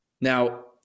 Now